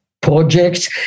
projects